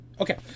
Okay